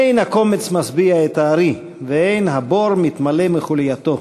אין הקומץ משביע את הארי ואין הבור מתמלא מחולייתו.